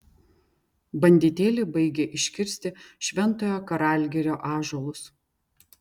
banditėliai baigia iškirsti šventojo karalgirio ąžuolus